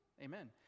Amen